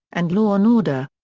and law and order.